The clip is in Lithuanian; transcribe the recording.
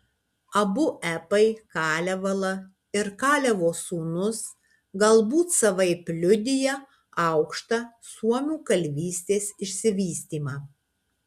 abu epai kalevala ir kalevo sūnus galbūt savaip liudija aukštą suomių kalvystės išsivystymą